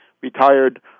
retired